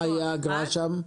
מה הייתה האגרה שם?